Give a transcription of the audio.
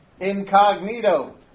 incognito